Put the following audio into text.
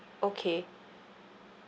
okay